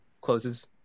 Closes